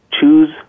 choose